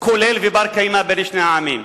כולל ובר-קיימא בין שני העמים,